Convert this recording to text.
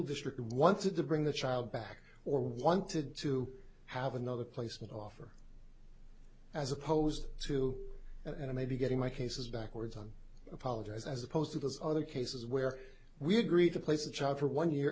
district wanted to bring the child back or wanted to have another placement offer as opposed to an i'm a be getting my cases backwards on apologize as opposed to those other cases where we agreed to place a child for one year